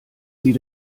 sie